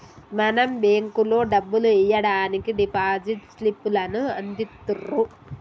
మనం బేంకులో డబ్బులు ఎయ్యడానికి డిపాజిట్ స్లిప్ లను అందిత్తుర్రు